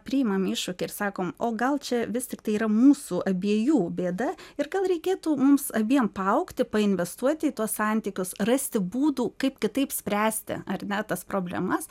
priimam iššūkį ir sakom o gal čia vis tiktai yra mūsų abiejų bėda ir gal reikėtų mums abiem paaugti investuoti į tuos santykius rasti būdų kaip kitaip spręsti ar ne tas problemas